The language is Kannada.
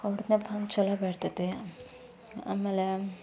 ಹೊಡೆದೆನಪ್ಪ ಅಂದು ಚಲೋ ಬೆಳಿತೈತಿ ಆಮೇಲೆ